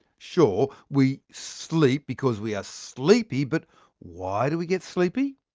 sure, we sleep because we are sleepy. but why do we get sleepy?